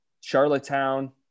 Charlottetown